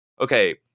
okay